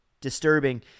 disturbing